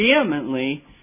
vehemently